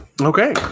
Okay